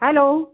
hello